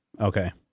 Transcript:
Okay